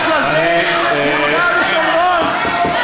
ובכלל זה יהודה ושומרון.